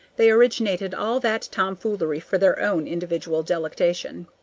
they originated all that tomfoolery for their own individual delectation.